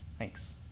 thanks.